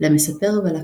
למספר ולקהל.